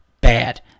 bad